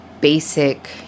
basic